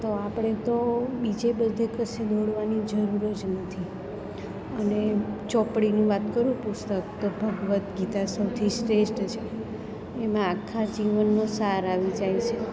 તો આપણે તો બીજે બધે કશે દોડવાની જરૂર જ નથી અને ચોપડીનું વાત કરું પુસ્તક તો ભગવદ્ ગીતા સૌથી શ્રેષ્ઠ છે એમાં આખા જીવનનો સાર આવી જાય છે